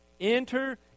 enter